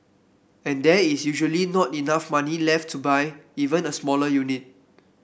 and there is usually not enough money left to buy even a smaller unit